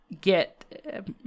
get